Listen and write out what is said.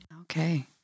Okay